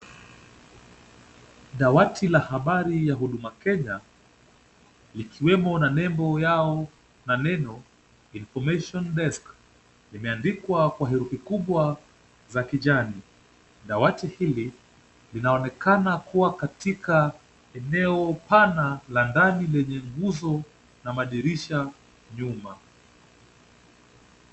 Dawati ya habari ya Huduma Kenya ikiwemo na nembo yao na neno information desk , limeandikwa kwa herufi kubwa za kijani. Dawati hili linaonekana kuwa katika eneo pana la ndani lenye nguzo na madirisha nyuma.